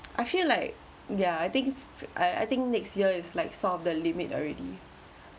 I feel like ya I think I I think next year is like sort of the limit already